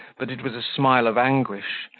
but it was a smile of anguish,